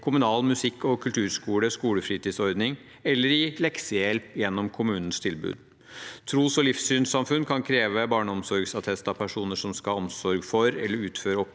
kommunal musikk- og kulturskole, skolefritidsordning eller i leksehjelp gjennom kommunens tilbud. Tros- og livssynssamfunn kan kreve barneomsorgsattest av personer som skal ha omsorg for eller utføre oppgaver